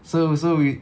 so so we